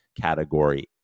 category